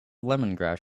lemongrass